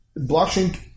blockchain